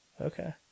okay